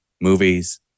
movies